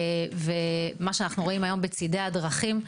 ומה שאנחנו רואים היום בצידי הדרכים,